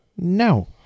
No